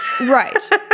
Right